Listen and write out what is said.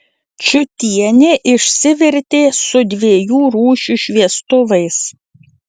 čiutienė išsivertė su dviejų rūšių šviestuvais